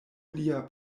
lia